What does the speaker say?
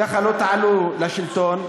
ככה לא תעלו לשלטון,